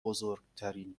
بزرگترین